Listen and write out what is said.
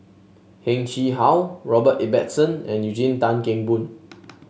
Heng Chee How Robert Ibbetson and Eugene Tan Kheng Boon